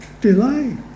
Delay